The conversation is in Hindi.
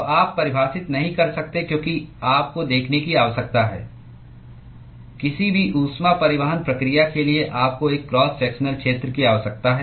तो आप परिभाषित नहीं कर सकते क्योंकि आपको देखने की आवश्यकता है किसी भी ऊष्मा परिवहन प्रक्रिया के लिए आपको एक क्रॉस सेक्शनल क्षेत्र की आवश्यकता है